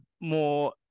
more